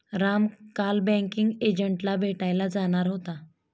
राम काल बँकिंग एजंटला भेटायला जाणार होता